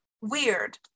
weird